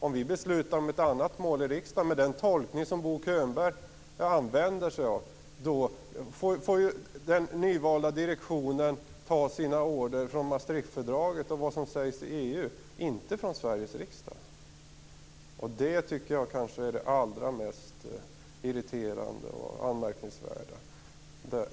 Om vi beslutar om ett annat mål i riksdagen får den nyvalda direktionen, med den tolkning som Bo Könberg gör, ta sina order från Maastrichtfördraget och från vad som sägs i EU, inte från Sveriges riksdag. Det tycker jag kanske är det allra mest irriterande och anmärkningsvärda.